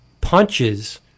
punches